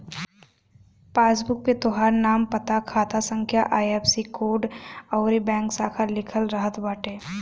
passbook पे तोहार नाम, पता, खाता संख्या, आई.एफ.एस.सी कोड अउरी बैंक शाखा लिखल रहत बाटे